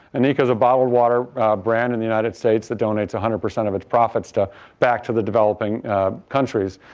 and nika is a bottled water brand in the united states that donates one hundred percent of its profits to back to the developing countries.